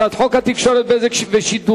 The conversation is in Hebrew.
הצעת חוק התקשורת (בזק ושידורים)